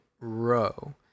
row